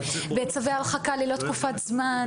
בצווי הרחקה ללא תקופת זמן,